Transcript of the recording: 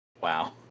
Wow